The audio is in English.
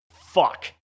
Fuck